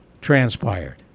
transpired